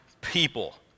people